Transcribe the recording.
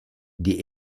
die